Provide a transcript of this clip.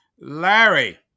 Larry